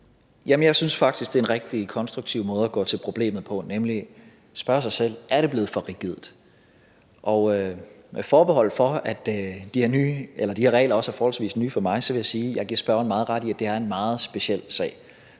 jeg synes faktisk, det er en rigtig konstruktiv måde at gå til problemet på, nemlig at spørge sig selv: Er det blevet for rigidt? Med forbehold for, at de her regler også er forholdsvis nye for mig, vil jeg sige: Jeg giver spørgeren meget ret i, at det er en meget speciel sag.